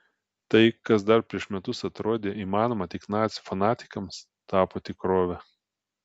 tai kas dar prieš metus atrodė įmanoma tik nacių fanatikams tapo tikrove